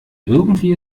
irgendwie